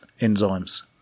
enzymes